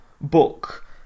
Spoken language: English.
book